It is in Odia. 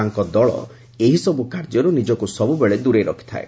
ତାଙ୍କ ଦଳ ଏହିସବୁ କାର୍ଯ୍ୟରୁ ନିଜକୁ ସବୁବେଳେ ଦୂରେଇ ରଖିଥାଏ